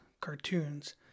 cartoons